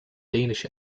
danish